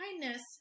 kindness